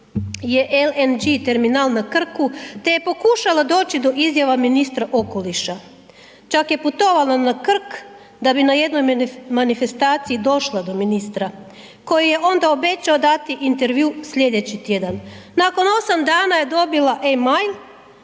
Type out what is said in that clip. je LNG terminal na Krku, te je pokušala doći do izjava ministra okoliša, čak je putovala na Krk da bi na jednoj manifestaciji došla do ministra koji je onda obećao dati intervjuu slijedeći tjedan, nakon 8 dana je dobila e-mail